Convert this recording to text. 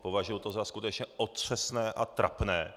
Považuju to za skutečně otřesné a trapné!